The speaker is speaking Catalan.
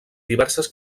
diverses